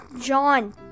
john